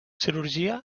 cirurgia